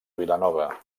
vilanova